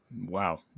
wow